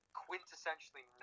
quintessentially